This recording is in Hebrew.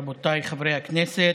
רבותיי חברי הכנסת.